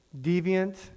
deviant